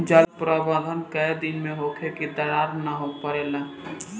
जल प्रबंधन केय दिन में होखे कि दरार न परेला?